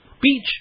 Beach